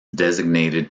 designated